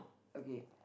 okay